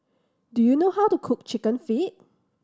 do you know how to cook Chicken Feet